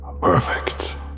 Perfect